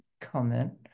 comment